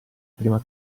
prima